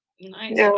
Nice